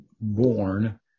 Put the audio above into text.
born